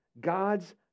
God's